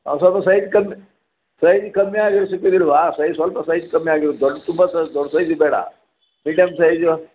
ಹಾಂ ಸ್ವಲ್ಪ ಸೈಜ್ ಕಮ್ಮಿ ಸೈಜ್ ಕಮ್ಮಿಯಾಗಿರದು ಸಿಕ್ಕೋದಿಲ್ವಾ ಸೈಜ್ ಸ್ವಲ್ಪ ಸೈಜ್ ಕಮ್ಮಿಯಾಗಿರೋದು ದೊಡ್ಡ ತುಂಬ ದೊಡ್ಡ ದೊಡ್ಡ ಸೈಜಿದು ಬೇಡ ಮೀಡ್ಯಮ್ ಸೈಜು